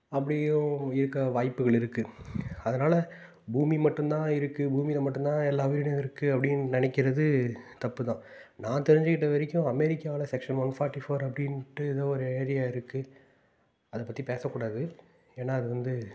அப்படியும் இருக்க வாய்ப்புகள் இருக்குது அதனால் பூமி மட்டும் தான் இருக்குது பூமியில் மட்டும் தான் எல்லா வீடும் இருக்குது அப்படின்னு நினைக்குறது தப்புதான் நான் தெரிஞ்சு கிட்டே வரைக்கும் அமெரிக்காவில் செக்க்ஷன் ஒன் ஃபோர்டி ஃபோர் அப்படின்டு ஏதோ ஒரு ஏரியா இருக்குது அதை பற்றி பேச கூடாது ஏன்னால் அது வந்து